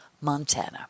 Montana